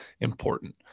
important